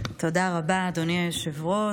תודה רבה, אדוני היושב-ראש.